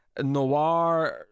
noir